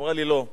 היא אמרה לי: לא,